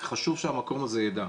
חשוב שהמקום הזה יידע.